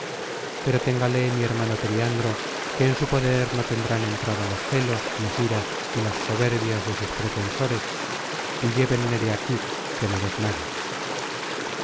pero téngale mi hermano periandro que en su poder no tendrán content from google book search generated at entrada los celos las iras y las soberbias de sus pretensores y llévenme de aquí que me desmayo